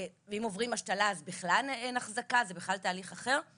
ואם עוברים השתלה אז בכלל אין אחזקה וזה תהליך אחר.